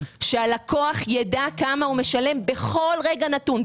כדי שהלקוח יידע כמה הוא משלם בכל רגע נתון.